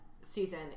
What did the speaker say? season